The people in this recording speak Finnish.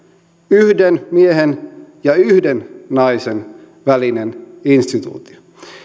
yhden miehen ja yhden naisen välinen instituutio